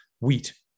wheat